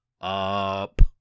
up